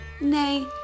nay